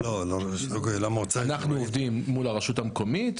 אנחנו עובדים אל מול הרשות המקומית,